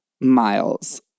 miles